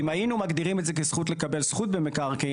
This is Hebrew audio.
אם היינו מגדירים את זה כזכות לקבל זכות במקרקעין,